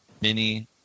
mini